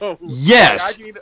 Yes